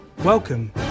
Welcome